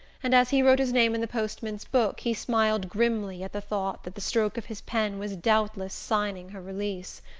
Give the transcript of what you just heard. and as he wrote his name in the postman's book he smiled grimly at the thought that the stroke of his pen was doubtless signing her release.